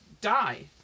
die